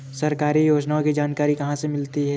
सरकारी योजनाओं की जानकारी कहाँ से मिलती है?